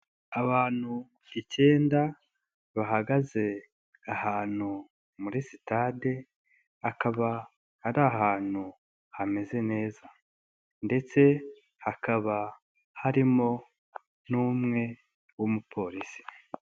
Abantu ikenda bahagaze ahantu muri sitade akaba ari ahantu hameze neza ndetse hakaba harimo n'umwe w'umupolisi.